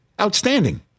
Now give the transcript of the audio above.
Outstanding